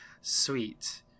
sweet